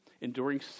enduring